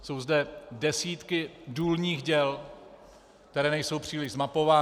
Jsou zde desítky důlních děl, která nejsou příliš zmapována.